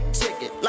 ticket